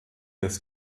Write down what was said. des